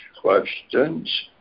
questions